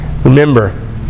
Remember